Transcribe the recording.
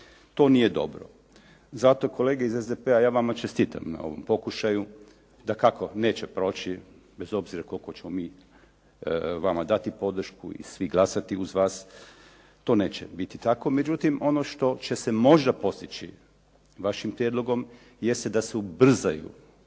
To nije dobro. Zato kolege iz SDP-a, ja vama čestitam na ovom pokušaju, dakako neće proći, bez obzira koliku ćemo mi vama dati podršku i svi glasati uz vas, to neće biti tako. Međutim, ono što će se možda postići vašim prijedlogom jest da se ubrzaju